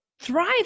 thrive